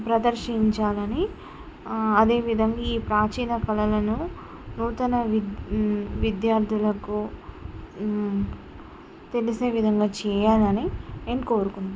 ప్రదర్శించాలని అదే విధంగా ఈ ప్రాచీన కళలను నూతన వి విద్యార్థులకు తెలిసే విధంగా చేయాలని నేను కోరుకుంటున్నాను